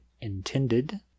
intended